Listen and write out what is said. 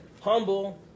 humble